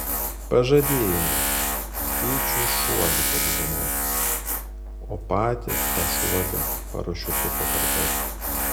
pažadėjome tėčiui šuolį padovanoti o patys tą šuolį parašiutu pakartoti